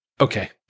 okay